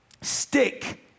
stick